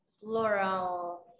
floral